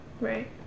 Right